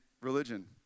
religion